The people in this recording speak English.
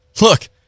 look